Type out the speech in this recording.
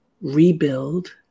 rebuild